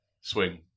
swing